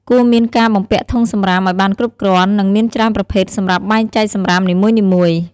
គួរមានការបំពាក់ធុងសំរាមឱ្យបានគ្រប់គ្រាន់ និងមានច្រើនប្រភេទសម្រាប់បែងចែកសំរាមនីមួយៗ។